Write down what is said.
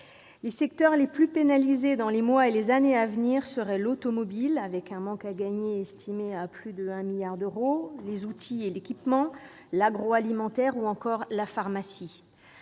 Les secteurs les plus pénalisés dans les mois et les années à venir devraient être l'automobile, avec un manque à gagner estimé à plus de 1 milliard d'euros, les outils et l'équipement, l'agroalimentaire ou la pharmacie.